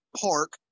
Park